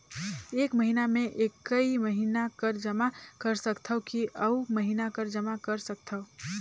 एक महीना मे एकई महीना कर जमा कर सकथव कि अउ महीना कर जमा कर सकथव?